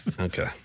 okay